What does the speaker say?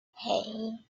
hey